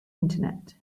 internet